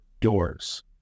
doors